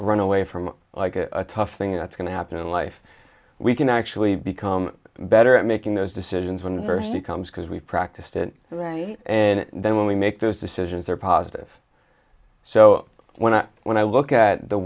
run away from like a tough thing that's going to happen in life we can actually become better at making those decisions when the first becomes because we practiced it right and then when we make those decisions are positive so when i when i look at the